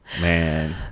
Man